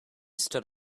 stood